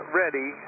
ready